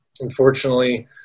unfortunately